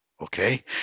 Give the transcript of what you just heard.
Okay